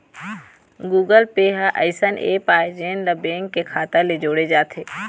Google Pay ह अइसन app आय जेन ला बेंक के खाता ले जोड़े जाथे